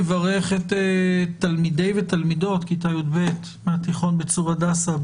נברך את תלמידי ותלמידות כיתה י"ב מהתיכון בצור הדסה.